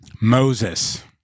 Moses